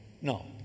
No